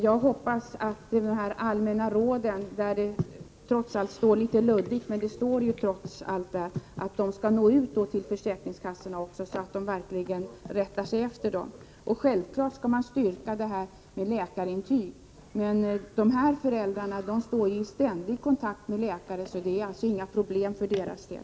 Jag hoppas nu att de allmänna råden — där är det litet luddigt uttryckt, men det står trots allt där — skall nå ut till försäkringskassorna, så att de verkligen rättar sig efter dem. Självfallet skall man styrka försämringen med läkarintyg. De här föräldrarna står ju i ständig kontakt med läkare, så det är alltså inga problem för deras del.